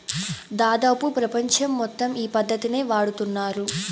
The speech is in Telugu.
దాదాపు ప్రపంచం మొత్తం ఈ పద్ధతినే వాడుతున్నారు